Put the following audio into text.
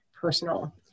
personal